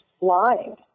lying